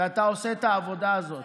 ואתה עושה את העבודה הזאת.